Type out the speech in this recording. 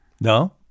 No